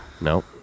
Nope